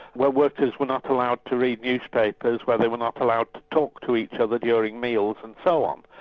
where workers were not allowed to read newspapers, where they were not allowed to talk to each other during meals and so on.